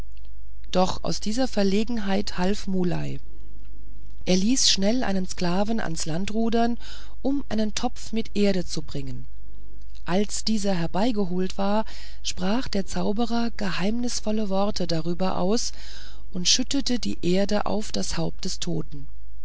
doch aus dieser verlegenheit half muley er ließ schnell einen sklaven ans land rudern um einen topf mit erde zu bringen als dieser herbeigeholt war sprach der zauberer geheimnisvolle worte darüber aus und schüttete die erde auf das haupt des toten